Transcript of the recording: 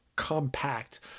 compact